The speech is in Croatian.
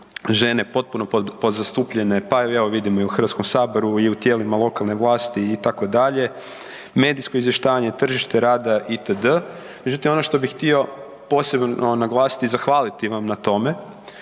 žene potpuno podzastupljene, pa evo vidimo i u HS-u i u tijelima lokalne vlasti itd., medijsko izvještavanje, tržište rada itd. Međutim, ono što bih htio posebno naglasiti i zahvaliti vam na tome